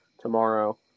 tomorrow